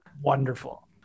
Wonderful